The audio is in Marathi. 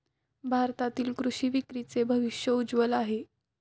भारतातील कृषी विक्रीचे भविष्य उज्ज्वल आहे